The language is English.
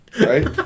right